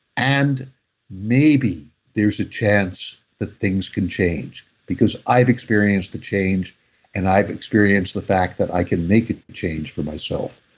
and maybe there's a chance that things can change because i've experienced the change and i've experienced the fact that i can make it change for myself.